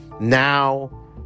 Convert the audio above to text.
Now